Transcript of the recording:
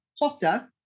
hotter